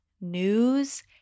news